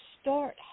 start